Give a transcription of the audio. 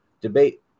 debate